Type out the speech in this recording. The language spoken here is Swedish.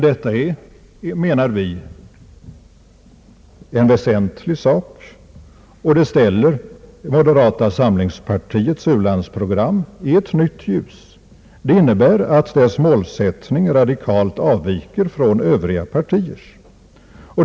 Detta är, menar vi, en väsentlig sak och ställer moderata samlingspartiets u-landsprogram i ett nytt ljus. Det innebär att dess målsättning radikalt avviker från övriga partiers.